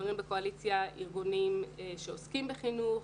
חברים בקואליציה ארגונים שעוסקים בחינוך,